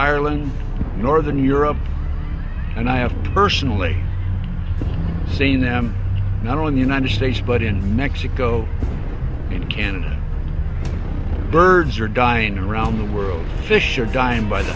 ireland northern europe and i have personally seen them not only the united states but in mexico and canada birds are dying or around the world fish are dying by the